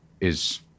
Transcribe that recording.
is-